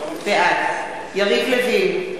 בעד יריב לוין,